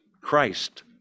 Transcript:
Christ